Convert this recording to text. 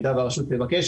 במידה שהרשות תבקש.